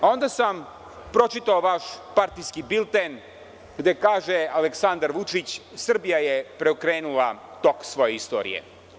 Onda sam pročitao vaš partijski bilten gde kaže Aleksandar Vučić – Srbija je preokrenula tok svoje istorije.